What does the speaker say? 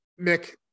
mick